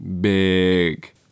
big